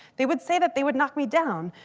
they would say that they would knock me down,